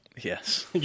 Yes